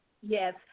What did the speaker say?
yes